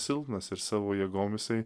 silpnas ir savo jėgom jisai